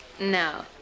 No